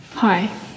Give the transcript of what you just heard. Hi